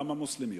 גם המוסלמיות,